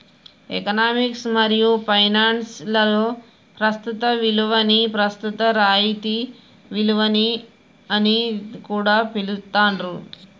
economics మరియు finance లలో ప్రస్తుత విలువని ప్రస్తుత రాయితీ విలువ అని కూడా పిలుత్తాండ్రు